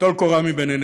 טול קורה מבין עיניך.